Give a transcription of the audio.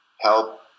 help